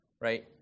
right